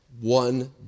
one